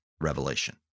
revelation